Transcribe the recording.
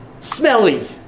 smelly